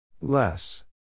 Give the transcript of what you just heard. Less